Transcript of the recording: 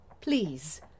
Please